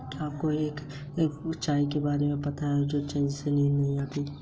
क्या आपको एक भौतिक शाखा स्थान की आवश्यकता है?